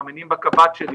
מאמינים בקב"ט שלי,